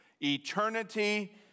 Eternity